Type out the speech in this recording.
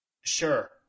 Sure